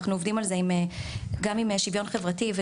אנחנו עובדים על זה גם עם שוויון חברתי.